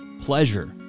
pleasure